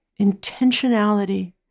intentionality